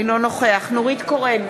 אינו נוכח נורית קורן,